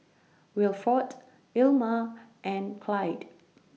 Wilford Ilma and Clide